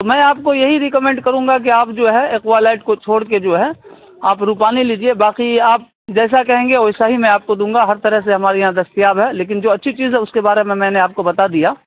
میں آپ کو یہی ریکمینڈ کروں گا کہ آپ جو ہے ایکوالائٹ کو چھوڑ کے جو ہے آپ روپانی لیجیے باقی آپ جیسا کہیں گے ویسا ہی میں آپ کو دوں گا ہر طرح سے ہمارے یہاں دستیاب ہے لیکن جو اچھی چیز ہے اس کے بارے میں میں نے آپ کو بتا دیا